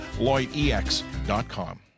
LloydEX.com